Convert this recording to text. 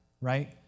Right